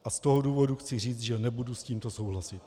A z toho důvodu chci říct, že nebudu s tímto souhlasit.